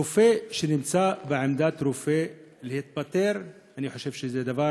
רופא שנמצא בעמדת רופא, להתפטר, אני חושב שזה דבר